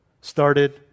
started